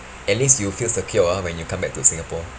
at least you feel secure ah when you come back to singapore